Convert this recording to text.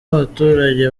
abaturage